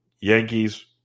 Yankees